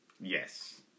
Yes